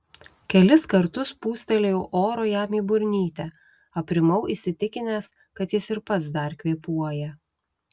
kelis kartus pūstelėjau oro jam į burnytę aprimau įsitikinęs kad ir jis pats dar kvėpuoja